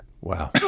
Wow